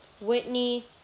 Whitney